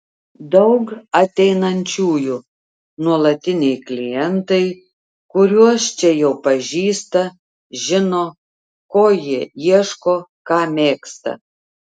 daug ateinančiųjų nuolatiniai klientai kuriuos čia jau pažįsta žino ko jie ieško ką mėgsta